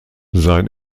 sein